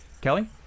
Kelly